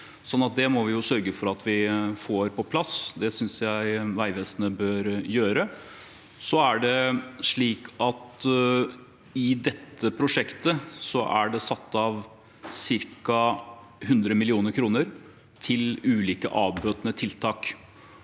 Det må vi sørge for at vi får på plass, og det synes jeg Vegvesenet bør gjøre. I dette prosjektet er det satt av ca. 100 mill. kr til ulike avbøtende tiltak.